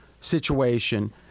situation